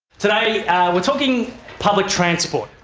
today we're talking public transport.